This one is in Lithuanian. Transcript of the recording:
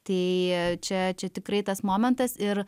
tai čia čia tikrai tas momentas ir